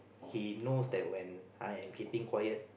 he knows that when I'm keeping quiet